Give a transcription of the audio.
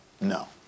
No